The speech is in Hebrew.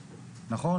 נכון?